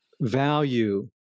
value